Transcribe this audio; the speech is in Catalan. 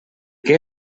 que